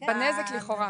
בנזק לכאורה.